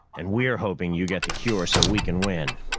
and we're hoping you get the cure so we can win.